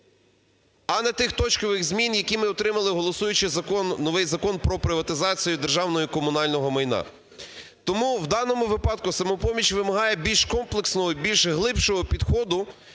…а не тих точкових змін, які ми отримали, голосуючи новий Закон про приватизацію державного і комунального майна. Тому в даному випадку "Самопоміч" вимагає більш комплексного, більш глибшого підходу